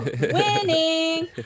winning